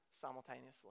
simultaneously